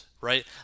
right